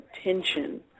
attention